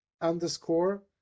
underscore